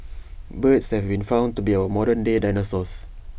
birds have been found to be our modern day dinosaurs